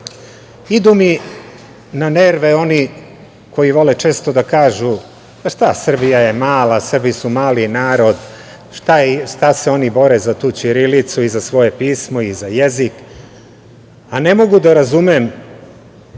mi na nerve oni koji vole često da kažu – Srbija je mala, Srbi su mali narod, šta se oni bore za tu ćirilicu i za svoje pismo i za jezik, a ne mogu da razumem